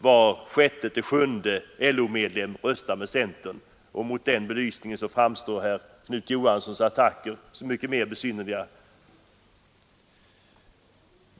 Var sjätte eller var sjunde LO-medlem röstar med centern, och mot den belysningen framstår herr Knut Johanssons attacker så mycket mer besynnerliga.